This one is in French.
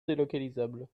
délocalisables